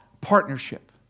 partnership